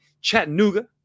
chattanooga